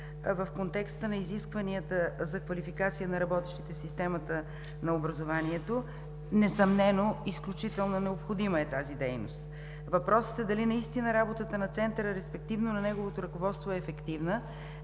в контекста на изискванията за квалификация на работещите в системата на образованието и е изключително необходима. Въпросът е: дали наистина работата на Центъра и, респективно, на неговото ръководство е ефективна,